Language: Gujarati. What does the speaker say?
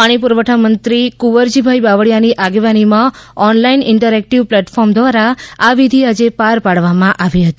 પાણી પુરવઠા મંત્રી કુંવરજીભાઈ બાવળીયાની આગેવાનીમાં ઓનલાઈન ઇન્ટરએક્ટીવ પ્લેટફોર્મ દ્વારા આ વિધિ આજે પાર પાડવામાં આવી હતી